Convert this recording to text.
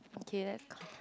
okay let's co~